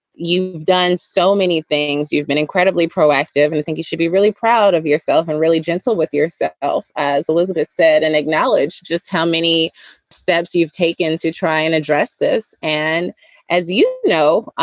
you've done so many things. you've been incredibly proactive and you think you should be really proud of yourself and really gentle with yourself, as elizabeth said, and acknowledge just how many steps you've taken to try and address this. and as you know,